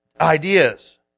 ideas